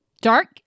dark